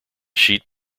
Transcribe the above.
sheet